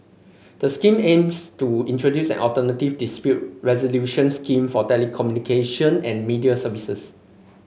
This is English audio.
the scheme aims to introduce an alternative dispute resolution scheme for telecommunication and media services